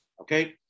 Okay